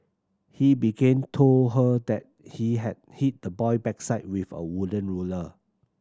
he began told her that he had hit the boy backside with a wooden ruler